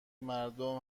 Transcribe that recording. مردم